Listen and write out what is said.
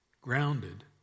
grounded